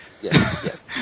Yes